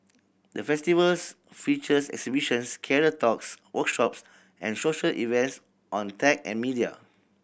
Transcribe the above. the Festivals features exhibitions career talks workshops and social events on tech and media